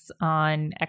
on